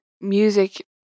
music